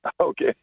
Okay